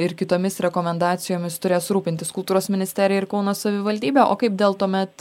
ir kitomis rekomendacijomis turės rūpintis kultūros ministerija ir kauno savivaldybė o kaip dėl tuomet